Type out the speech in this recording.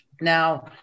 Now